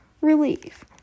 relief